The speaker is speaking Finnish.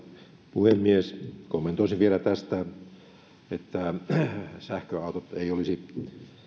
puhemies kommentoisin vielä tästä että sähköautot eivät olisi